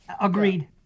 agreed